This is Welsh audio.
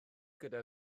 gyda